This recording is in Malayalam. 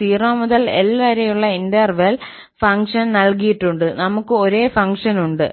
എന്നാൽ 0 മുതൽ 𝐿 വരെയുള്ള ഇന്റർവെൽ യിൽ ഫംഗ്ഷൻ നൽകിയിട്ടുണ്ട് നമ്മൾ ക്ക് ഒരേ ഫംഗ്ഷൻ ഉണ്ട്